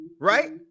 right